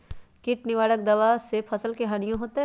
किट निवारक दावा से फसल के हानियों होतै?